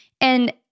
And-